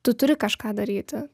tu turi kažką daryti